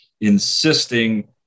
insisting